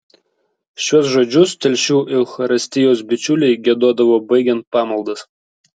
šiuos žodžius telšių eucharistijos bičiuliai giedodavo baigiant pamaldas